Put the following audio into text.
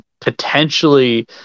potentially